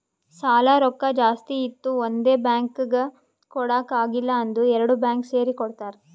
ಸಾಲಾ ರೊಕ್ಕಾ ಜಾಸ್ತಿ ಇತ್ತು ಒಂದೇ ಬ್ಯಾಂಕ್ಗ್ ಕೊಡಾಕ್ ಆಗಿಲ್ಲಾ ಅಂದುರ್ ಎರಡು ಬ್ಯಾಂಕ್ ಸೇರಿ ಕೊಡ್ತಾರ